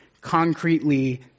concretely